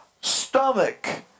stomach